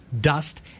dust